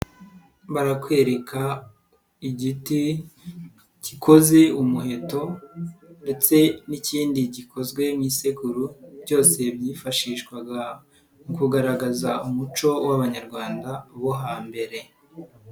Barakwereka igiti gikoze umuheto ndetse n'ikindi gikozwe nk'isekuru, byose byifashishwaga kugaragaza umuco w'Abanyarwanda bo hambere.